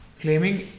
claiming